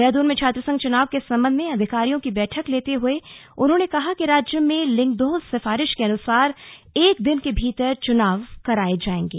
देहरादून में छात्रसंघ चुनाव के संबंध में अधिकारियों की बैठक लेते हुए उन्होंने कहा कि राज्य में लिंगदोह सिफारिश के अनुसार एक दिन के भीतर चुनाव करवाए जाएगे